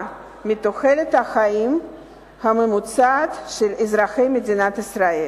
מתוחלת החיים הממוצעת של אזרחי מדינת ישראל.